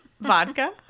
vodka